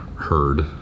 heard